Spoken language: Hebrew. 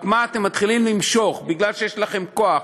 אבל אתם מתחילים למשוך כי יש לכם כוח,